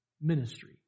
Ministry